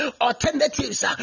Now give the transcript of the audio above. alternatives